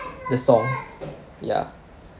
the song ya